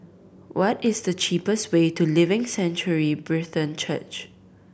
what is the cheapest way to Living Sanctuary Brethren Church